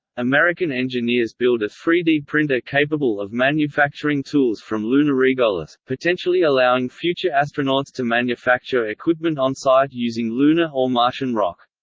american engineers engineers build a three d printer capable of manufacturing tools from lunar regolith, potentially allowing future astronauts to manufacture equipment on-site using lunar or martian rock.